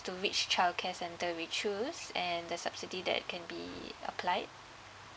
to which childcare centre we choose and the subsidy that can be applied